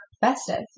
festive